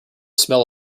smell